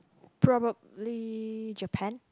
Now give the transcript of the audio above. probably Japan